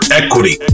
equity